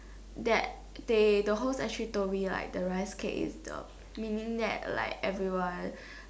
that they the host actually told me that the rice cake means that everyone